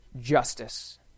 justice